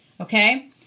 Okay